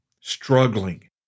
struggling